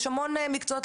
יש המון מקצועות,